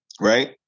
Right